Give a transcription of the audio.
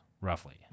roughly